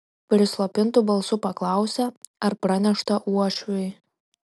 prislopintu balsu paklausė ar pranešta uošviui